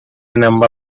number